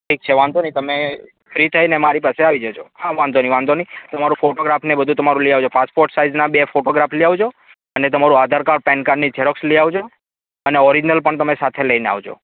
ઠીક છે વાંધો નહીં તમે ફ્રી થઈને મારી પાસે આવી જજો હા વાંધો નહીં વાંધો નહીં તમારું ફોટોગ્રાફ ને એ બધું લઈ આવજો તમારો પાસપોટ સાઇઝનો બે ફોટો લઈ આવજો અને તમારો આધાર કાર્ડ અને પેન કાર્ડની ઝેરોક્સ લઈ આવજો અને ઓરિજિનલ પણ તમે સાથે લઇને આવજો